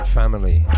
family